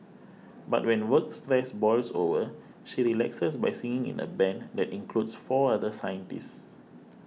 but when work stress boils over she relaxes by singing in a band that includes four other scientists